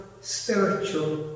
spiritual